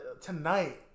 tonight